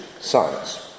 science